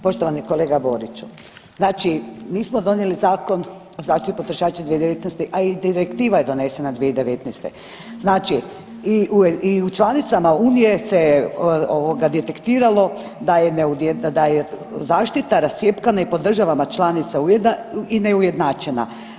Poštovani kolega Boriću, znači mi smo donijeli Zakon o zaštiti potrošača 2019., a i direktiva je donesena 2019., znači i u članicama unije se je ovoga detektiralo da je zaštita rascjepkana i po državama članicama i neujednačena.